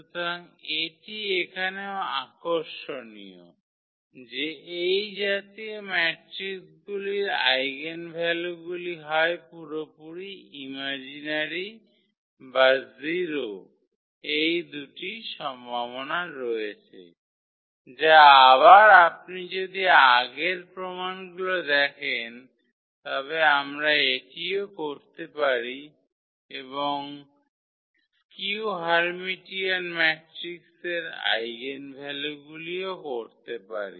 সুতরাং এটি এখানেও আকর্ষণীয় যে এই জাতীয় ম্যাট্রিকগুলির আইগেনভ্যালুগুলি হয় পুরোপুরি ইমাজিনারি বা 0 এই দুটিই সম্ভাবনা রয়েছে যা আবার আপনি যদি আগের প্রমাণগুলি দেখেন তবে আমরা এটিও করতে পারি এবং স্কিউ হার্মিটিয়ান ম্যাট্রিক্সের আইগেনভ্যালুগুলিও করতে পারি